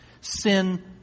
Sin